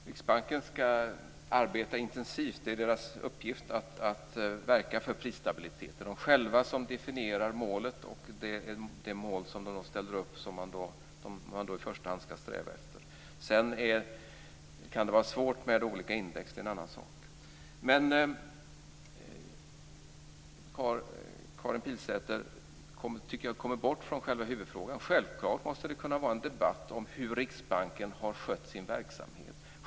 Fru talman! Riksbanken skall arbeta intensivt. Det är Riksbankens uppgift att verka för prisstabilitet. Det är Riksbanken själv som definierar målet, och det är det mål som ställs upp som man i första hand skall sträva efter. Sedan kan det vara svårt med olika index. Det är en annan sak. Men jag tycker att Karin Pilsäter kommer bort från själva huvudfrågan. Självklart måste det kunna föras en debatt om hur Riksbanken har skött sin verksamhet.